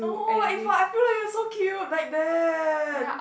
oh if I I feel like you are so cute like that